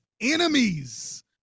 enemies